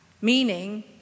meaning